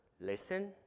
Listen